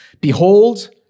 Behold